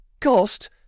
cost